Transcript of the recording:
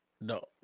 no